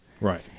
Right